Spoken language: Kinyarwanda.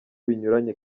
binyuranye